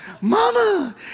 Mama